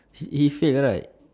did he fail right